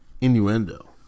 innuendo